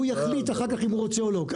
הוא יחליט אחר כך אם הוא רוצה או לא.